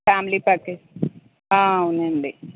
family package ఆ అవునండి